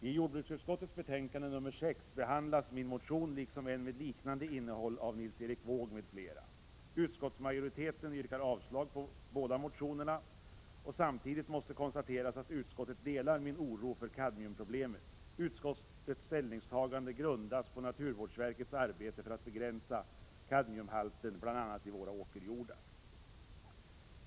I jordbruksutskottets betänkande nr 6 behandlas min motion liksom en med liknande innehåll av Nils Erik Wååg m.fl. Utskottsmajoriteten yrkar avslag på båda motionerna. Samtidigt måste jag konstatera att utskottet delar min oro för kadmiumproblemet. Utskottets ställningstagande grundas på naturvårdsverkets arbete för att begränsa kadmiumhalten bl.a. i våra åkerjordar.